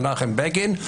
מנחם בגין,